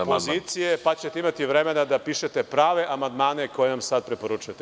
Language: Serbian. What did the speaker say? opozicije, pa ćete imati vremena da pišete prave amandmane koje nam sada preporučujete.